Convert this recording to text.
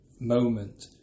moment